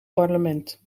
parlement